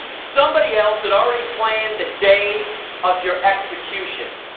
somebody else had already planned the day of your execution?